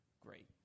great